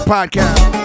Podcast